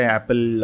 Apple